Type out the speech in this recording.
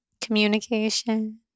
communication